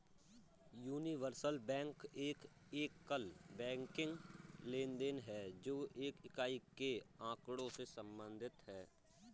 universal bank एक एकल banking लेनदेन है, जो एक इकाई के आँकड़ों से संबंधित है